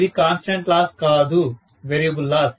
ఇవి constant loss కాదు variable loss